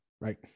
right